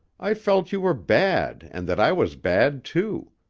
i felt you were bad and that i was bad too.